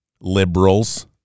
Liberals